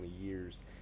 years